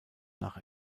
nach